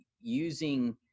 using